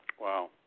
Wow